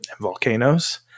volcanoes